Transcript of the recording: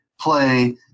play